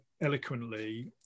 eloquently